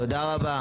תודה רבה.